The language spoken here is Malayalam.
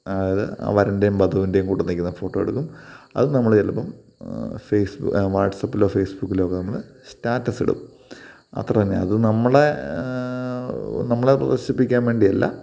അതായത് ആ വരൻ്റെയും വധുവിൻ്റെയും കൂടെ നിൽക്കുന്ന ഫോട്ടോ എടുക്കും അത് നമ്മൾ ചിലപ്പം ഫേസ് വാട്സാപ്പിലോ ഫേസ്ബുക്കിലോ നമ്മൾ സ്റ്റാറ്റസിടും അത്രതന്നെ അത് നമ്മളെ നമ്മളെ പ്രദർശിപ്പിക്കാൻ വേണ്ടിയല്ല